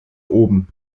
oben